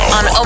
on